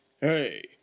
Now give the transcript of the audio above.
Hey